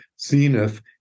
zenith